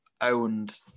owned